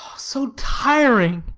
so tiring!